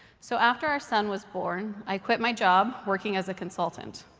so after our son was born, i quit my job working as a consultant.